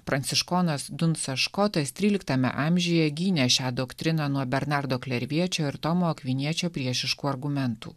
pranciškonas dunsas škotas tryliktame amžiuje gynė šią doktriną nuo bernardo klerviečio ir tomo akviniečio priešiškų argumentų